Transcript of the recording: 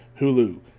Hulu